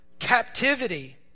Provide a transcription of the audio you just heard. captivity